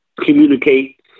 communicate